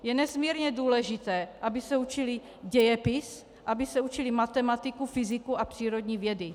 Je nesmírně důležité, aby se učily dějepis, aby se učily matematiku, fyziku a přírodní vědy.